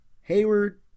Hayward